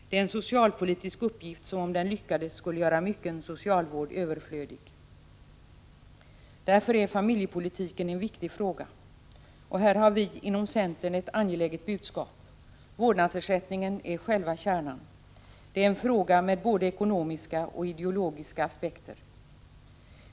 Det är en socialpolitisk uppgift, som om den lyckades skulle göra mycken socialvård överflödig. Därför är familjepolitiken en viktig fråga. Här har vi inom centern ett angeläget budskap: Vårdnadsersättningen är själva kärnan. Det är en fråga med både ekonomiska och ideologiska aspekter.